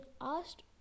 asked